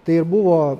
tai ir buvo